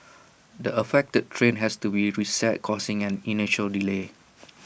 the affected train has to be reset causing an initial delay